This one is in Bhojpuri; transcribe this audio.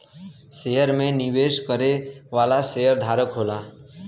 शेयर में निवेश करे वाला शेयरधारक होला